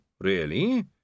really